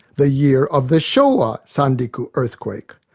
the year of the showa sanriku earthquake.